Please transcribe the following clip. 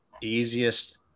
easiest